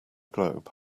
globe